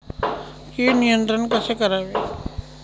कीड नियंत्रण कसे करावे?